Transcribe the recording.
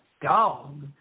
dog